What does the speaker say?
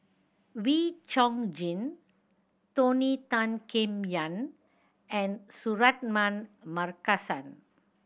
Wee Chong Jin Tony Tan Keng Yam and Suratman Markasan